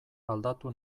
aldatu